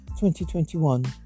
2021